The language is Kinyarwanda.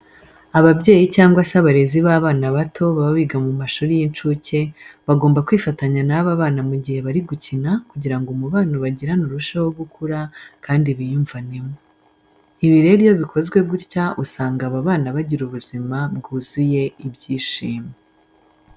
Ababyeyi cyangwa se abarezi b'abana bato baba biga mu mashuri y'incuke bagomba kwifatanya n'aba bana mu gihe bari gukina kugira ngo umubano bagirana urusheho gukura kandi biyumvanemo. Ibi rero iyo bikozwe gutya usanga abana bagira ubuzima byuzuye ibyishimo.